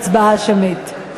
יש הצבעה שמית.